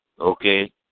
Okay